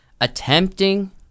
attempting